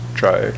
try